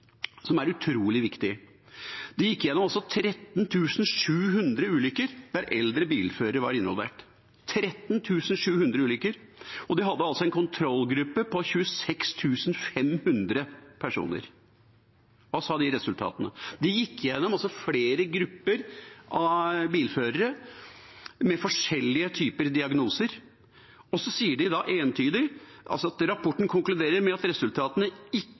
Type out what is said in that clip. er utrolig viktig. De gikk gjennom 13 700 ulykker der eldre bilførere var involvert – 13 700 ulykker – og de hadde en kontrollgruppe på 26 500 personer. Hva sa de resultatene? De gikk gjennom flere grupper av bilførere med forskjellige typer diagnoser, og rapporten konkluderer entydig med at resultatene ikke taler for å innføre obligatorisk helsekontroll for eldre bilførere, fordi de fant at det ikke